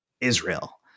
Israel